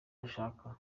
ashaka